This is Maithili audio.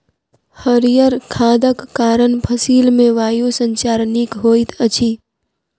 हरीयर खादक कारण फसिल मे वायु संचार नीक होइत अछि